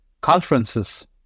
conferences